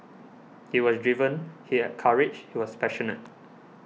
he was driven he had courage he was passionate